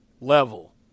level